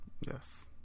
Yes